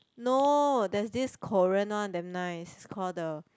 no there's this Korean one damn nice call the